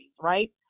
right